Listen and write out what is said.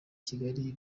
kigali